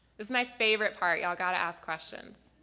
is my favorite part, y'all gotta ask questions.